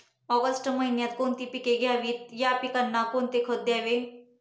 August महिन्यात कोणती पिके घ्यावीत? या पिकांना कोणते खत द्यावे?